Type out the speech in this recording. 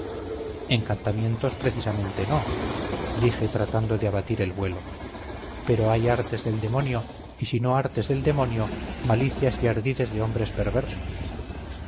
encantamientos precisamente no dije tratando de abatir el vuelo pero hay artes del demonio y si no artes del demonio malicias y ardides de hombres perversos